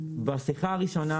בשיחה הראשונה